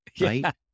Right